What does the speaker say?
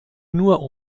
nur